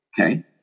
Okay